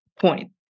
point